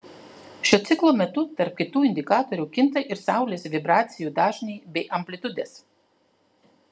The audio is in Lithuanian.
šio ciklo metu tarp kitų indikatorių kinta ir saulės vibracijų dažniai bei amplitudės